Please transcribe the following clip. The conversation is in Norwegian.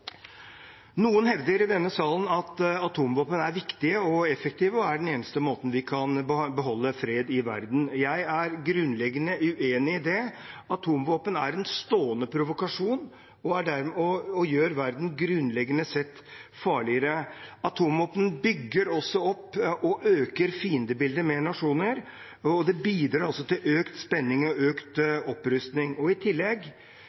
Noen hevder i denne salen at atomvåpen er viktige og effektive og den eneste måten vi kan beholde fred i verden på. Jeg er grunnleggende uenig i det. Atomvåpen er en stående provokasjon og gjør verden grunnleggende sett farligere. Atomvåpnene bygger også opp og øker fiendebildet mellom nasjoner, og det bidrar også til økt spenning og økt opprustning. I tillegg